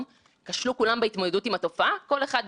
מספיק אמיצה להציף לציבור מה היא עשתה בזמן אמת.